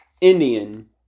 Indian